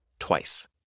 Twice